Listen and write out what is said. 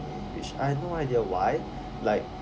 which I had no idea why like